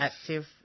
active